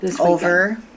over